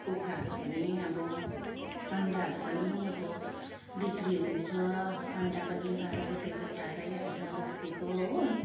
कुखुराहरू पनि अब अन्डाहरू पनि अब बिक्री हुन्छ अन्डा पनि बाह्र रुपियाँ गोटा जाइहाल्छ बस्तीको हो